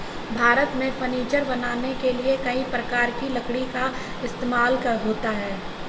भारत में फर्नीचर बनाने के लिए कई प्रकार की लकड़ी का इस्तेमाल होता है